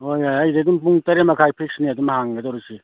ꯍꯣꯏ ꯌꯥꯏ ꯑꯩꯗꯤ ꯑꯗꯨꯝ ꯄꯨꯡ ꯇꯔꯦꯠ ꯃꯈꯥꯏ ꯐꯤꯛꯁꯅꯤ ꯑꯗꯨꯝ ꯍꯥꯡꯒꯗꯣꯔꯤꯁꯤ